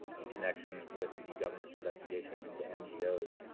in connection with the government's investigation into ngos.